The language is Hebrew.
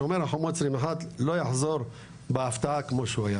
"שומר חומות" 2021 לא יחזור בהפתעה כמו שהוא היה.